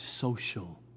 social